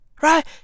Right